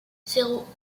zéro